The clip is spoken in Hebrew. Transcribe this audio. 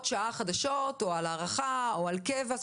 שעה חדשות או על הארכה או על קביעת הוראות קבע,